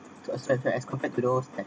to expect the as compared to those that